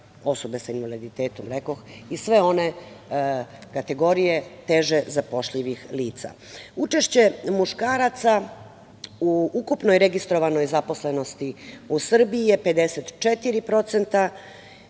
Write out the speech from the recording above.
drugih nacionalnih manjina i sve one kategorije teže zapošljivih lica. Učešće muškaraca u ukupnoj registrovanoj zaposlenosti u Srbiji je 54%